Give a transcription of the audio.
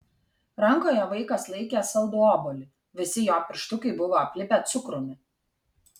rankoje vaikas laikė saldų obuolį visi jo pirštukai buvo aplipę cukrumi